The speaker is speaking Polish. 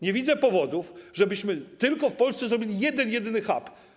Nie widzę powodów, żebyśmy tylko w Polsce zrobili jeden jedyny hub.